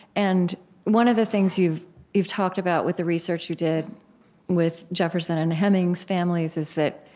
and one of the things you've you've talked about with the research you did with jefferson and hemings's families is that,